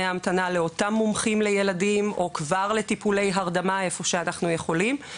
ההמתנה לאותם מומחים לילדים או כבר לטיפולי הרדמה במקום שאנחנו יכולים,